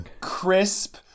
crisp